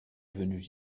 venus